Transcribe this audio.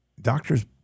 doctors